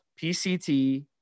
PCT